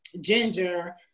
ginger